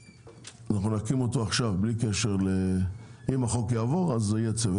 אנחנו נקים אותו עכשיו בלי קשר לאם החוק יעבור אז יהיה צוות,